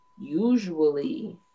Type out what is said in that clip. usually